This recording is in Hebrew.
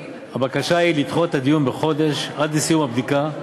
הבקשה היא לדחות את הדיון בחודש עד לסיום הבדיקה,